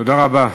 תודה רבה.